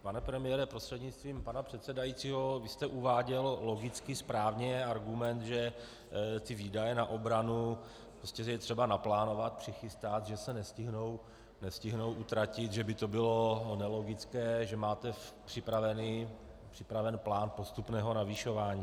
Pane premiére prostřednictvím pana předsedajícího, vy jste uváděl logicky správně argument, že výdaje na obranu je třeba naplánovat, přichystat, že se nestihnou upravit, že by to bylo nelogické, že máte připravený plán postupného navyšování.